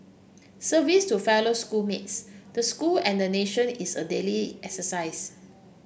service to fellow school mates the school and the nation is a daily exercise